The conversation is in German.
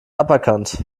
aberkannt